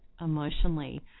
emotionally